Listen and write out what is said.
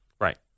Right